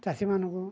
ଚାଷୀମାନଙ୍କୁ